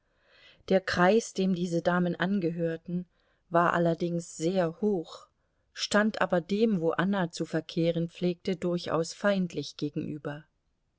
der kreis dem diese damen angehörten war allerdings sehr hoch stand aber dem wo anna zu verkehren pflegte durchaus feindlich gegenüber